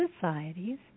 societies